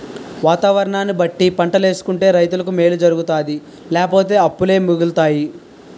వాతావరణాన్ని బట్టి పంటలేసుకుంటే రైతులకి మేలు జరుగుతాది లేపోతే అప్పులే మిగులుతాయి